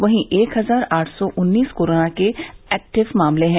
वहीं एक हजार आठ सौ उन्नीस कोरोना के एक्टिव मामले हैं